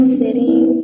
sitting